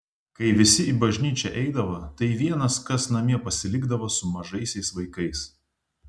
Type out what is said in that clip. kai visi į bažnyčią eidavo tai vienas kas namie pasilikdavo su mažaisiais vaikais